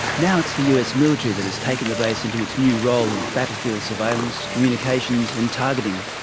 now it's the us military that has taken the base into its new role of battlefield surveillance, communications and targeting.